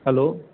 hello